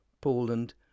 Poland